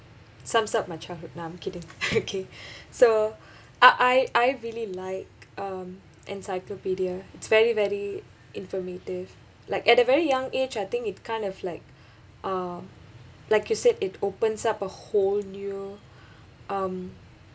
sums up my childhood nah I'm kidding okay so uh I I really like um encyclopedia it's very very informative like at a very young age I think it kind of like uh like you said it opens up a whole new um